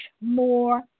more